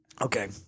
okay